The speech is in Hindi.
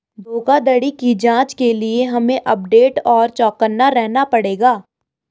धोखाधड़ी की जांच के लिए हमे अपडेट और चौकन्ना रहना पड़ता है